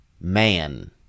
man